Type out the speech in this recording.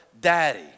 daddy